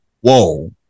whoa